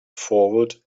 forward